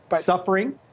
suffering